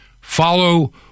follow